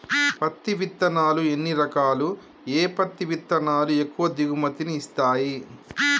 పత్తి విత్తనాలు ఎన్ని రకాలు, ఏ పత్తి విత్తనాలు ఎక్కువ దిగుమతి ని ఇస్తాయి?